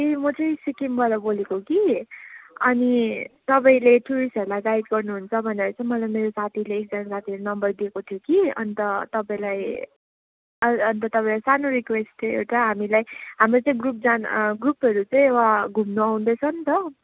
ए म चाहिँ सिक्किमबाट बोलेको कि अनि तपाईँले टुरिस्टहरूलाई गाइड गर्नुहुन्छ भनेर चाहिँ मलाई मेरो साथीले एकजना साथीले नम्बर दिएको थियो कि अन्त तपाईँलाई एल अन्त तपाईँलाई सानो रिक्वेस्ट थियो एउटा हामीलाई हाम्रो चाहिँ ग्रुप डान ग्रुपहरू चाहिँ वहाँ घुम्नु आउँदैछ नि त